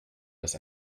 dass